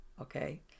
okay